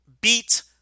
beat